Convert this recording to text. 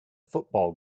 football